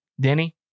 Denny